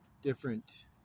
Different